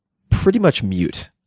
pretty much mute,